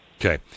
Okay